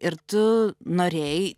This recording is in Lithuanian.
ir tu norėjai